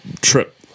trip